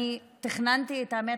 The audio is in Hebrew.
האמת,